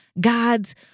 God's